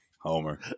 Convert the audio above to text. homer